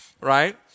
right